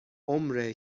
عمر